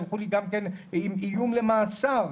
שלחו לי איום למאסר,